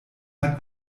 hat